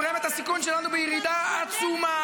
בולם את הסיכון שלנו בירידה עצומה,